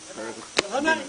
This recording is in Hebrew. עשיתם עבודה מאוד יפה.